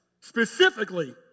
specifically